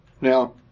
Now